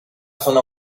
zona